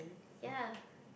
ya